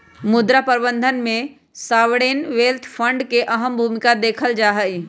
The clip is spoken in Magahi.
मुद्रा प्रबन्धन में सॉवरेन वेल्थ फंड के अहम भूमिका देखल जाहई